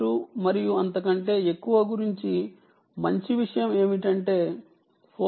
2 మరియు అంతకంటే ఎక్కువ వాటి గురించి మంచి విషయం ఏమిటంటే 4